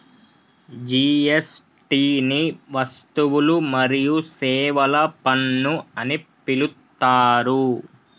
GST ని వస్తువులు మరియు సేవల పన్ను అని పిలుత్తారు